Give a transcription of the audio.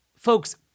Folks